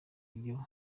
ibyo